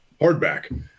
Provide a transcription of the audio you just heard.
hardback